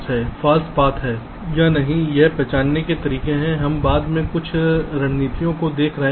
रास्ते फॉल्स हैं या नहीं यह पहचानने के तरीके हैं हम बाद में कुछ रणनीतियों को देख रहे होंगे